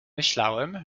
myślałem